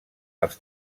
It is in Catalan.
els